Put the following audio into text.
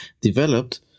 developed